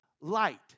light